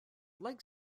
lake